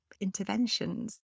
interventions